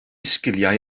sgiliau